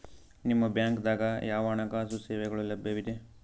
ನಿಮ ಬ್ಯಾಂಕ ದಾಗ ಯಾವ ಹಣಕಾಸು ಸೇವೆಗಳು ಲಭ್ಯವಿದೆ?